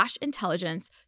intelligence